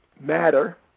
matter